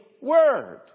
word